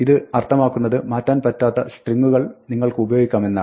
ഇത് അർത്ഥമാക്കുന്നത് മാറ്റാൻ പറ്റാത്ത സ്ട്രിങ്ങുകൾ നിങ്ങൾക്ക് ഉപയോഗിക്കാമെന്നാണ്